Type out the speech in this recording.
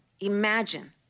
Imagine